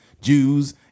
Jews